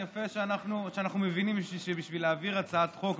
יפה שאנחנו מבינים שבשביל להעביר הצעת חוק,